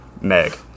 Meg